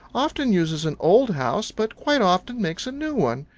often uses an old house, but quite often makes a new one.